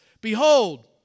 Behold